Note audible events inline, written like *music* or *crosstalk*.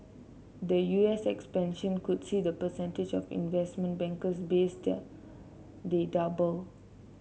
the U S expansion could see the percentage of investment bankers based there *unintelligible* double